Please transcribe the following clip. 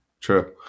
True